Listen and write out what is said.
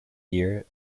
year